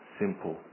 simple